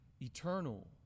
eternal